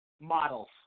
models